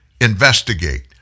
investigate